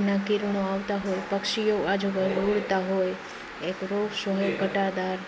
એનાં કિરણો આવતા હોય પક્ષીઓ આજુબાજુ ઉડતાં હોય એક વૃક્ષ હોય ઘટાદાર